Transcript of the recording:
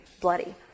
Bloody